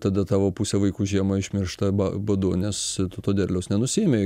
tada tavo pusė vaikų žiemą išmiršta ba badu nes to derliaus nenusiėmei